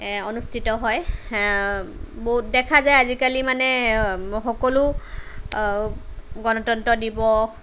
অনুষ্ঠিত হয় দেখা যায় আজিকালি মানে সকলো গণতন্ত্ৰ দিৱস